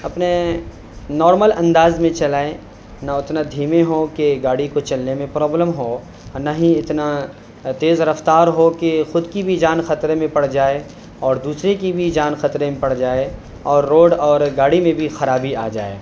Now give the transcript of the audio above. اپنے نارمل انداز میں چلائیں نہ اتنا دھیمی ہو کہ گاڑی کو چلنے میں پرابلم ہو اور نہ ہی اتنا تیز رفتار ہو کہ خود کی بھی جان خطرے میں پڑ جائے اور دوسرے کی بھی جان خطرے میں پڑ جائے اور روڈ اور گاڑی میں بھی خرابی آ جائے